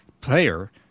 player